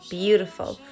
beautiful